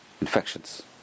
infections